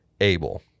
able